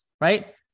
right